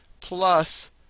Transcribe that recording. Plus